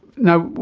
now,